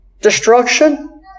destruction